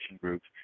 groups